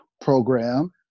program